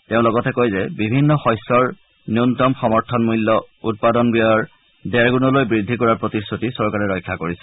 তেওঁ লগতে কয় যে বিভিন্ন শস্যৰ ন্যন্যতম সমৰ্থন মূল্য উৎপদান ব্যয়ৰ ডেৰ গুণলৈ বৃদ্ধি কৰাৰ প্ৰতিশ্ৰতি চৰকাৰে ৰক্ষা কৰিছে